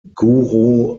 guru